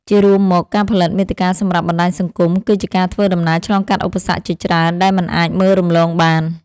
ជារួមមក ការផលិតមាតិកាសម្រាប់បណ្ដាញសង្គមគឺជាការធ្វើដំណើរឆ្លងកាត់ឧបសគ្គជាច្រើនដែលមិនអាចមើលរំលងបាន។